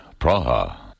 Praha